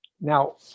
Now